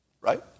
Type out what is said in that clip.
Right